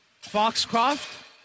Foxcroft